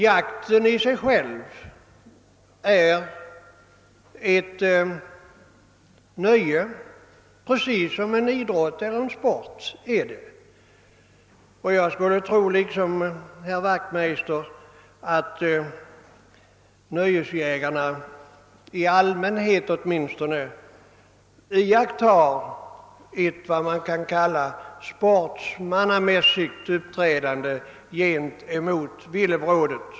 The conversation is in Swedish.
Jakten i sig själv är ett nöje, precis som idrotten är det. Liksom herr Wachtmeister tror jag också att nöjesjägarna i allmänhet iakttar ett vad man kan kalla sportsmannamässigt uppträdande gentemot villebrådet.